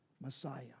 Messiah